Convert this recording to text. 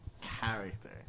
character